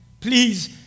please